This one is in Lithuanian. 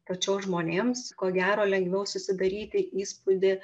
tačiau žmonėms ko gero lengviau susidaryti įspūdį